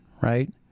right